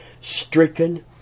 stricken